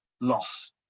loss